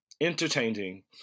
Entertaining